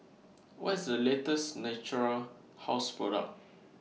What IS The latest Natura House Product